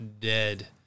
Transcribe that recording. dead